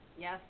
yes